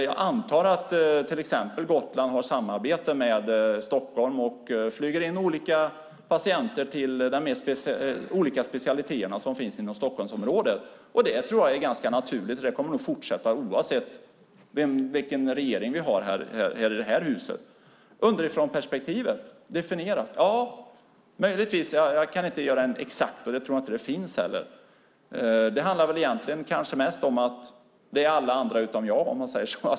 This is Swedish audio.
Jag antar att till exempel Gotland har samarbete med Stockholm och flyger in olika patienter till de olika specialiteter som finns inom Stockholmsområdet. Det tror jag är ganska naturligt. Det kommer nog att fortsätta oavsett vilken regering vi har. Jag tror inte att det finns en exakt definition av underifrånperspektivet. Det handlar kanske om att det är alla andra utom jag.